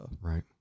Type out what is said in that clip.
Right